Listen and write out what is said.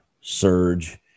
surge